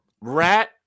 rat